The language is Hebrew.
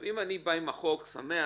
אם אני בא עם החוק שמח,